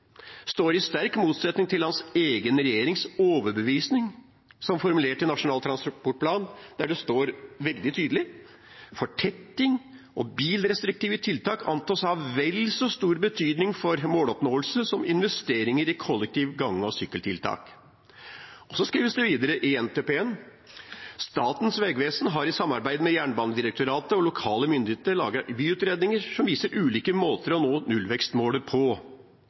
i sterk motsetning til hans egen regjerings overbevisning som formulert i Nasjonal transportplan, der det står veldig tydelig: «Fortetting og bilrestriktive tiltak antas å ha vel så stor betydning for måloppnåelse som investeringer i kollektiv-, gange- og sykkeltiltak.» Regjeringen skriver videre: «Statens vegvesen har i samarbeid med Jernbanedirektoratet og lokale myndigheter laget byutredninger som viser ulike måter å nå nullvekstmålet på